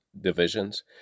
divisions